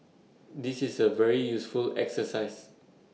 this is A very useful exercise